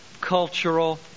cultural